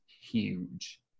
huge